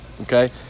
Okay